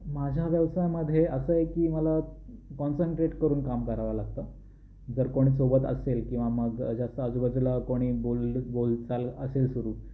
माझ्या व्यवसायामध्ये असं आहे की मला कॉन्सन्ट्रेट करून काम करावं लागतं जर कोण सोबत असेल किंवा मग जास्त आजूबाजूला कोणी बोल बोलचाल असेल सुरू